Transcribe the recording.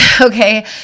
okay